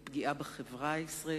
היא פגיעה בחברה הישראלית,